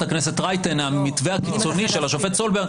הכנסת רייטן על המתווה הקיצוני של השופט סולברג.